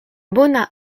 bona